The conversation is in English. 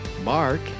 mark